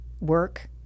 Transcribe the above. work